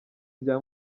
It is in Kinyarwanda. bya